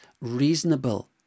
reasonable